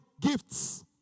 gifts